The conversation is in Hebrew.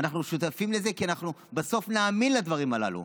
אנחנו שותפים לזה, כי בסוף נאמין לדברים הללו.